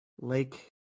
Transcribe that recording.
Lake